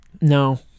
No